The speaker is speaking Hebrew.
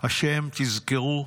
השם, תזכרו,